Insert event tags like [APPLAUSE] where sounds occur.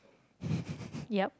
[LAUGHS] ya